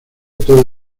todo